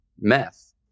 meth